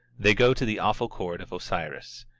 they go to the awful court of osiris.